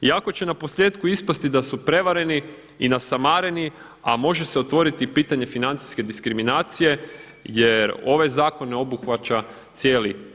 I ako će na posljetku ispasti da su prevareni i nasamareni a može se otvoriti i pitanje financijske diskriminacije jer ovaj zakon ne obuhvaća cijeli narod